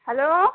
hello